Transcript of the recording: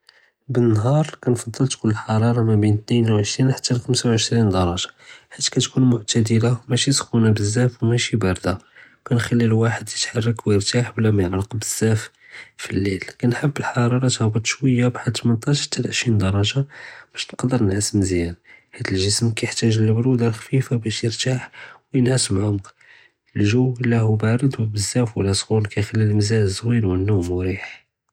בַּנְהָאר קַנְפַדֶּל תְּכוּן הַחַרָארָה מַבּין תְּנֵין וְעֶשְׂרִין חַתָּא לְחַמְסָה וְעֶשְׂרִין דַּרַגָה, חִית קַאתְכוּן מְעְתַדְּלָה וּמַתְשִי סְחוּנָה בְּזַאף וּמַאְשִי בַּרְדָה, קַנְחַלִי אֶל-וַחַד יִתְחַרֶּק וְיִרְתַּاح בְּלַא מַיַעְרַק בְּזַאף פַל-לֵיל, קַנְחַבּ הַחַרָארָה תֶּהְבֵּט שְׁוַיָה וַחַד אֶתְמְנַעַש חַתָּא לְעֶשְׂרִין דַּרַגָה בַּשּׁ נְקַדְּר נִנְעַס מְזְיָאן חִית אֶל-גֶּסְם קַיַחְתַאג' לְבְּרוּדָה חֲפִיפָה בַּשּׁ יִרְתַּاح וְיִנְעַס בְּעֻמְק. אֶל-גּוּ וְלָאו בַּארְד בְּזַאף לוֹ סְחוּן, קַיַחְלִי אֶל-מְזַאז זְוִין וְאַנְנוּם מְרִיח.